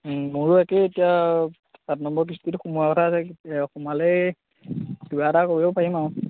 মোৰো একেই এতিয়া সাত নম্বৰৰ কিস্তিটো সোমোৱাৰ কথা আছে সোমালেই কিবা এটা কৰিব পাৰিম আৰু